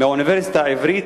מהאוניברסיטה העברית,